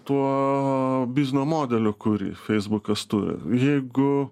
tuo biznio modeliu kurį feisbukas turi jeigu